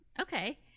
okay